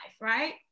right